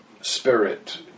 spirit